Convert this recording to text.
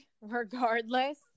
regardless